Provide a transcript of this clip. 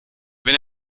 wenn